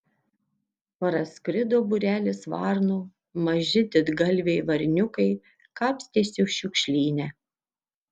praskrido būrelis varnų maži didgalviai varniukai kapstėsi šiukšlyne